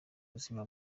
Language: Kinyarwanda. buzima